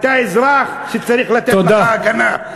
אתה אזרח שצריך לתת לך הגנה.